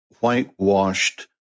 whitewashed